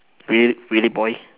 re~ really boy